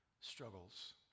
struggles